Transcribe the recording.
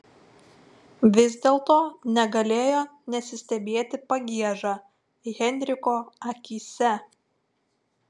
vis dėlto negalėjo nesistebėti pagieža henriko akyse